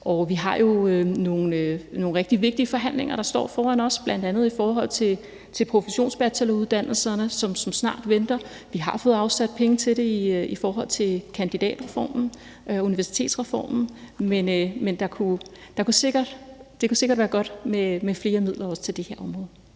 jo over for nogle rigtig vigtige forhandlinger, som vi snart skal i gang med, bl.a. i forhold til professionsbacheloruddannelserne. Vi har fået afsat penge af i forbindelse med kandidatreformen, altså universitetsreformen, men det kunne sikkert være godt med flere midler også til det her område.